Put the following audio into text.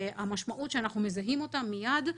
המשמעות שאנחנו מזהים אותם מיד,